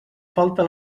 falta